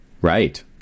Right